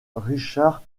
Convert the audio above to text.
richard